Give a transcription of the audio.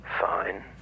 Fine